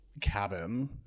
cabin